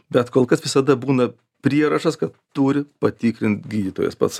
bet kol kas visada būna prierašas kad turi patikrint gydytojas pats